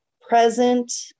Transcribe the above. present